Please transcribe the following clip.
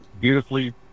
beautifully